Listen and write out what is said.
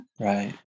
Right